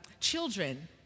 children